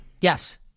Yes